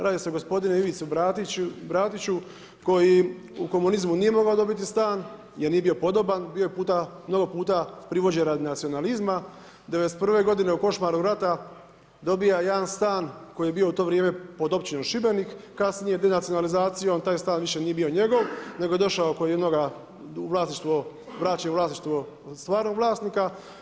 Radi se o gospodinu Ivici Bratiću koji u komunizmu nije mogao dobiti stan jer nije bio podoban, bio je mnogo puta privođen radi nacionalizma, '91. godine u košmaru rata dobija jedan stan koji je bio u to vrijeme pod Općinom Šibenik, kasnije denacionalizacijom taj stan više nije bio njegov nego je vraćen u vlasništvo stvarnog vlasnika.